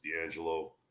D'Angelo